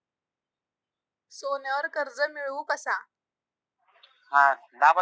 सोन्यावर कर्ज मिळवू कसा?